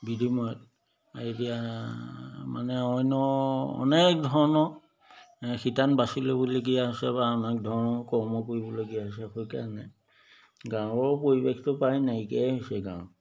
বিনিময়ত এতিয়া মানে অন্য অনেক ধৰণৰ এ শিতান বাচি ল'বলগীয়া হৈছে বা অনেক ধৰণৰ কৰ্ম কৰিবলগীয়া হৈছে সেইকাৰণে গাঁৱৰ পৰিৱেশটো প্ৰায় নাইকিয়াই হৈছে গাঁৱত